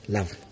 Love